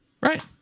Right